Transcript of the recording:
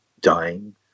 dying